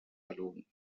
alone